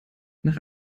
nach